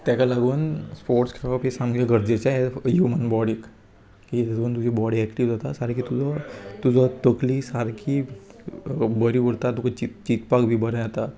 तेका लागून स्पोर्ट्स खेळप हें सामकें गरजेचें ह्युमन बॉडीक की तातून तुजी बॉडी एक्टीव जाता सारकी तुजो तुजो तकली सारकी बरी उरता तुका चीत चिंतपाक बी बरें जाता